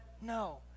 No